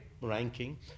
ranking